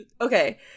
Okay